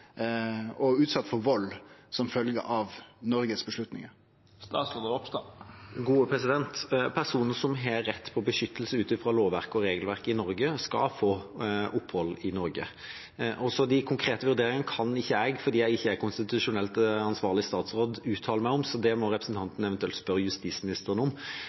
og utsette for vald som følgje av Noregs avgjerder? Personer som har rett på beskyttelse ut fra lovverk og regelverk i Norge, skal få opphold i Norge. De konkrete vurderingene kan ikke jeg uttale meg om, fordi jeg ikke er den konstitusjonelt ansvarlige statsråden, så det må representanten eventuelt spørre justisministeren om.